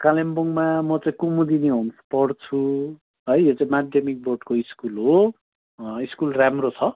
कालिम्पोङमा म चाहिँ कुमुदिनी होम्स पढ्छु है यो चाहिँ माध्यमिक बोर्डको स्कुल हो स्कुल राम्रो छ